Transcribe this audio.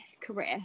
career